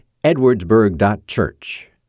edwardsburg.church